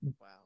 Wow